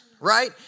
right